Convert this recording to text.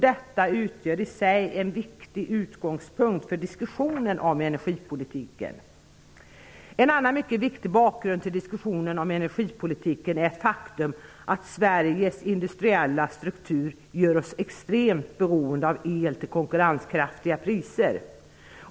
Detta utgör i sig en viktig utgångspunkt för diskussionen om energipolitiken. En annan mycket viktig bakgrund till diskussionen om energipolitiken är det faktum att Sveriges industriella struktur gör oss extremt beroende av el till konkurrenskraftiga priser.